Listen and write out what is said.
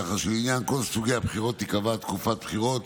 ככה שלעניין כל סוגי הבחירות תיקבע תקופת בחירות